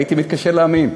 הייתי מתקשה להאמין.